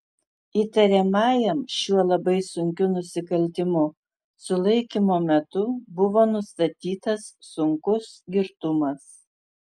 įtariamajam šiuo labai sunkiu nusikaltimu sulaikymo metu buvo nustatytas sunkus girtumas